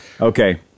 okay